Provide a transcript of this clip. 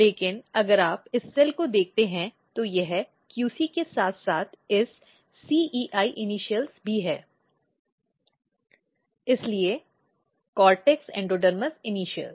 लेकिन अगर आप इस सेल को देखते हैं तो यह QC के साथ साथ इस CEI इनिशल्स भी है इसलिए कॉर्टेक्स एंडोडर्मिस इनिशियल्स